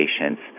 patients